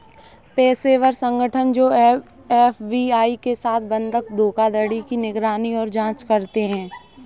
पेशेवर संगठन जो एफ.बी.आई के साथ बंधक धोखाधड़ी की निगरानी और जांच करते हैं